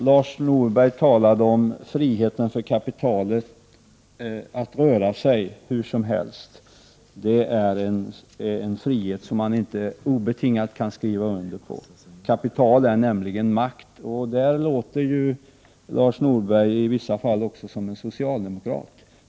Lars Norberg talade om friheten för kapitalet att röra sig hur som helst. Det är en frihet som man inte obetingat kan skriva under på. Kapital är nämligen makt, och i fråga om detta låter Lars Norberg i vissa fall som en socialdemokrat.